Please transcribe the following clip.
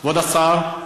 כבוד השר,